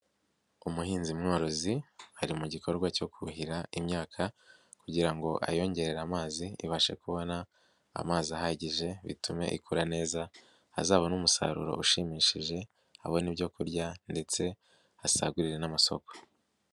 Umuhinzi mworozi ari mu gikorwa cyo kuhira imyaka kugira ngo ayongerere amazi, ibashe kubona amazi ahagije bitume ikora neza, azabone umusaruro ushimishije, abone ibyo kurya ndetse asagure n'amasoko.